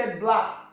black